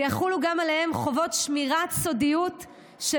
ויחולו עליהם גם חובות שמירת סודיות של